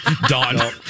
Don